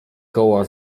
koła